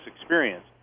experience